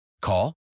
Call